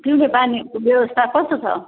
पिउने पानीहरूको व्यवस्था कस्तो छ